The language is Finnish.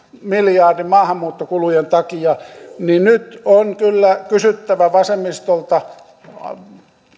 miljardin maahanmuuttokulujen takia niin nyt on kyllä kysyttävä vasemmistolta